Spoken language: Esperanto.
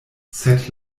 sed